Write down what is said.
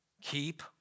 keep